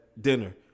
dinner